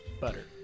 butter